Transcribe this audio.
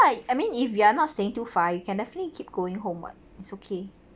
I mean if we are not staying to far you can definitely keep going home [what] it's okay